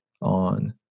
on